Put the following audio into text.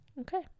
okay